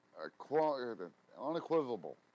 unequivocal